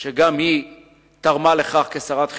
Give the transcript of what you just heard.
שגם היא תרמה לכך כשרת החינוך,